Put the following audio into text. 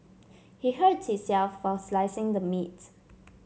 he hurt himself while slicing the meat